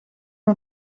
een